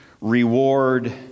reward